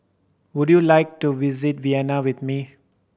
would you like to visit Vienna with me